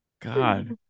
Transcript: God